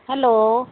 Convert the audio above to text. hello